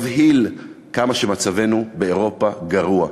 מבהיל, כמה מצבנו באירופה גרוע.